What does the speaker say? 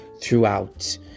throughout